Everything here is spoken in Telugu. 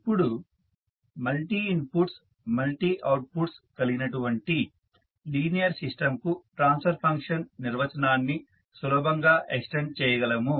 ఇప్పుడు మల్టీ ఇన్పుట్స్ మల్టీ అవుట్ఫుట్స్ కలిగినటువంటి లీనియర్ సిస్టంకు ట్రాన్స్ఫర్ ఫంక్షన్ నిర్వచనాన్ని సులభంగా ఎక్స్టెండ్ చేయగలము